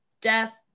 Death